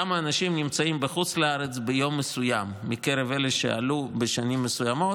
כמה אנשים נמצאים בחוץ לארץ ביום מסוים מקרב אלה שעלו בשנים מסוימות.